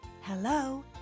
Hello